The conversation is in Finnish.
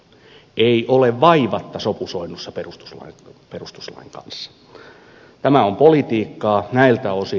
ei ole vaivatta sopusoinnussa perustuslain kanssa tämä on politiikkaa näiltä osin